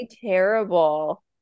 terrible